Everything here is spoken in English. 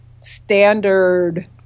standard